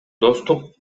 достук